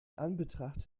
anbetracht